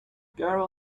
carol